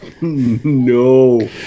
No